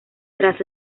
tras